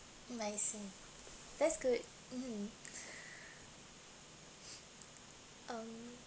I see that's good mmhmm um